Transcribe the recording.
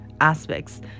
aspects